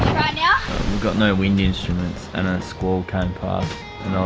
now. we've got no wind instruments and a squall kind of